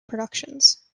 productions